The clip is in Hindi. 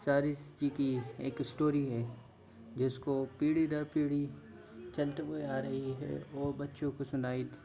एक स्टोरी है जिसको पीढ़ी दर पीढ़ी चलते हुए आ रही है वो बच्चों को सुनाई